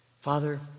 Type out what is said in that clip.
Father